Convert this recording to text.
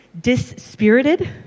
dispirited